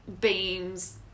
beams